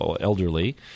elderly